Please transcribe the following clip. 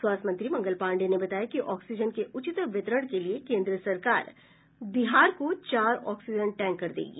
स्वास्थ्य मंत्री मंगल पांडे ने बताया कि ऑक्सीजन के उचित वितरण के लिए केंद्र सरकार बिहार को चार ऑक्सीजन टैंकर देगी